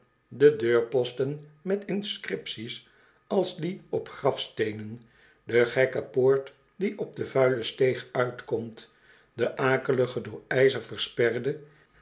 de deurposten met inscripties als die op grafsteenen de gekke poort die op de vuile steeg uitkomt den akeligen door